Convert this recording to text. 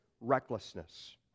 recklessness